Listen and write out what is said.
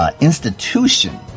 institution